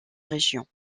région